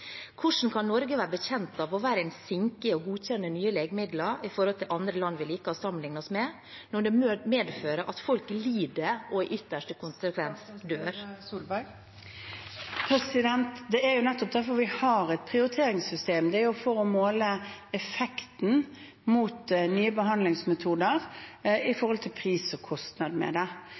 Hvordan kan Norge være bekjent av å være en sinke i å godkjenne nye legemidler i forhold til andre land vi liker å sammenligne oss med, når det medfører at folk lider og i ytterste konsekvens dør? Det er jo nettopp derfor vi har et prioriteringssystem. Det er for å måle effekten av nye behandlingsmetoder mot pris og kostnad med det.